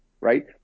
right